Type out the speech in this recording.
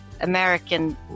American